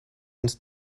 uns